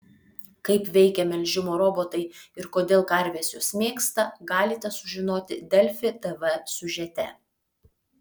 kaip veikia melžimo robotai ir kodėl karves juos mėgsta galite sužinoti delfi tv siužete